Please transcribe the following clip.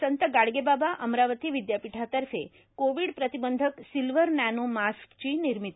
संत गाडगेबाबा अमरावती विद्यापीठातर्फे कोविड प्रतिबंधक silver nano mask ची निर्मिती